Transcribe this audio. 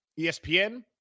ESPN